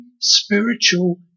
spiritual